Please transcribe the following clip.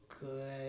good